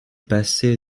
passé